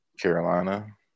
Carolina